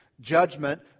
judgment